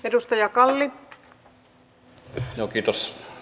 arvoisa rouva puhemies